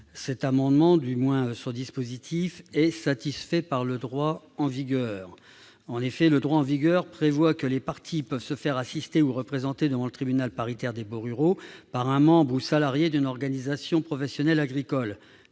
des baux ruraux. Ce dispositif est satisfait par le droit en vigueur, qui prévoit que les parties peuvent se faire assister ou représenter dans le tribunal paritaire des baux ruraux par un membre ou salarié d'une organisation professionnelle agricole.